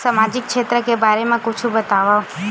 सामाजिक क्षेत्र के बारे मा कुछु बतावव?